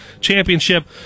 championship